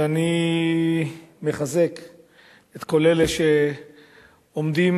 ואני מחזק את כל אלה שעומדים,